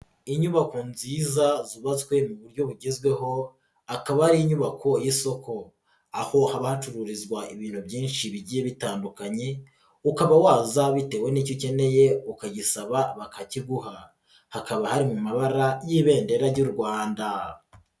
Inyubako nziza zubatswe mu buryo bugezweho, akaba ari inyubako y'isoko. Aho haba hacururizwa ibintu byinshi bigiye bitandukanye, ukaba waza bitewe n'icyo ukeneye ukagisaba bakakiguha. Hakaba hari mu mabara y'ibendera ry'u Rwanda.